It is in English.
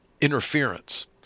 interference